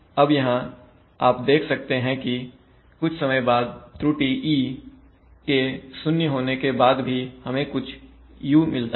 अब यहां आप देख सकते हैं कि कुछ समय बाद त्रुटिe के 0 होने के बाद भी हमें कुछ u मिलता है